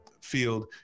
field